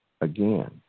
Again